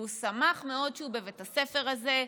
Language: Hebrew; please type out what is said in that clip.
והוא שמח מאוד שהוא בבית הספר הזה,